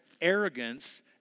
arrogance